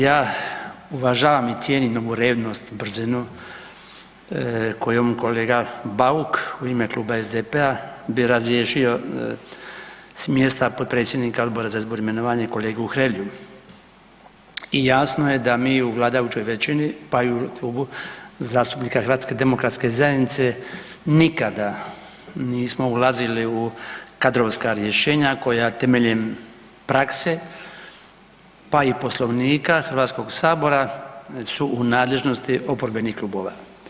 Ja uvažavam i cijenim ovu revnost i brzinu kojom kolega Bauk u ime Kluba SDP-a bi razriješio s mjesta potpredsjednika Odbora za izbor i imenovanje kolegu Hrelju i jasno je da mi u vladajućoj većini, pa i u Klubu zastupnika HDZ-a nikada nismo ulazili u kadrovska rješenja koja temeljem prakse, pa i Poslovnika HS-a su u nadležnosti oporbenih klubova.